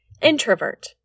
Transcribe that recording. Introvert